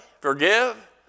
forgive